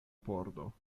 pordo